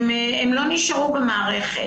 הם לא נשארו במערכת.